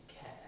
care